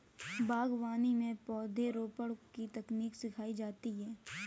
बागवानी में पौधरोपण की तकनीक सिखाई जाती है